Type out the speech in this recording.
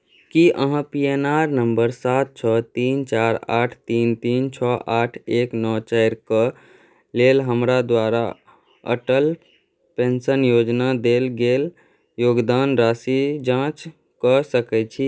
की अहाँ P N R number सात छओ तीन चारि आठ तीन तीन छओ आठ एक नओ चारि के लेल हमरा द्वारा अटल पेंशन योजनामे देल गेल योगदान राशिक जाँच कऽ सकैत छी